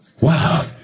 wow